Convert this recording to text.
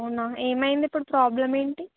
అవునా ఏమైంది ఇప్పుడు ప్రాబ్లం ఏమిటి